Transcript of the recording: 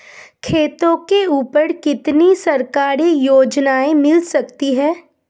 खेतों के ऊपर कितनी सरकारी योजनाएं मिल सकती हैं?